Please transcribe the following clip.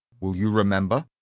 will you remember?